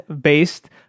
based